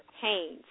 Haynes